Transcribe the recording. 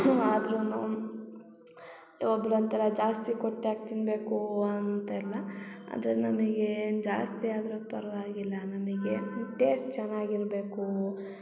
ಆದರೂನು ಒಬ್ರು ಒಂಥರ ಜಾಸ್ತಿ ಕೊಟ್ಟಾಗ ತಿನ್ನಬೇಕು ಅಂತ ಇಲ್ಲ ಅದ್ರಲ್ಲಿ ನಮಿಗೇನು ಜಾಸ್ತಿ ಆದರು ಪರವಾಗಿಲ್ಲ ನಮಗೆ ಟೇಸ್ಟ್ ಚೆನ್ನಾಗಿರ್ಬೇಕು